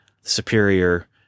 Superior